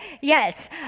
Yes